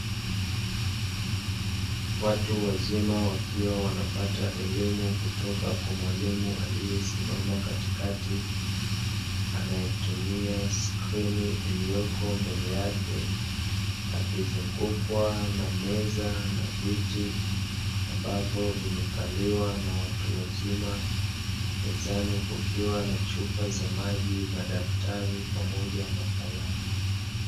Watu wazima wakiwa wanapata elimu kutoka kwa mwalimu aliye simama katikati, anayetumia skrini iliyopo mbele yake akizungukwa na meza na viti ambapo vimekaliwa na watu wazima mezani kukiwa na chupa za maji, madaftari pamoja na kalamu.